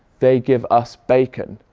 they give us bacon'.